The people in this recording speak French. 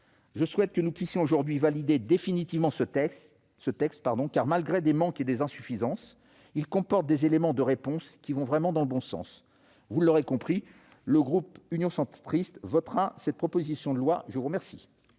je souhaite que nous puissions aujourd'hui valider définitivement ce texte. En effet, malgré des manques et des insuffisances, il comporte des éléments de réponse qui vont vraiment dans le bon sens. Vous l'aurez compris, mes chers collègues, le groupe Union Centriste votera cette proposition de loi. La parole